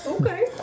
Okay